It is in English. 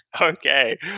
Okay